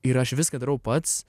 ir aš viską darau pats